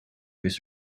his